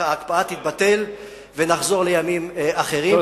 ההקפאה תתבטל ונחזור לימים אחרים.